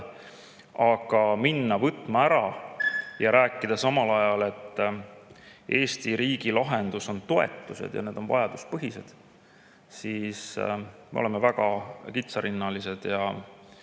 kui minna võtma [raha] ära ja rääkida samal ajal, et Eesti riigi lahendus on toetused ja need on vajaduspõhised, siis me oleme väga kitsarinnalised ja